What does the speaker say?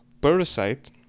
Parasite